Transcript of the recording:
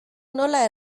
nola